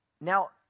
Now